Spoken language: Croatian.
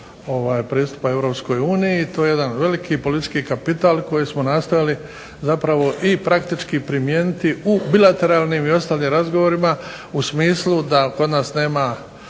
pristupa EU i to je jedan veliki politički kapital koji smo nastojali zapravo i praktički primijeniti u bilateralnim i ostalim razgovorima u smislu da kod nas nema